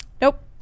Nope